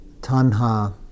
Tanha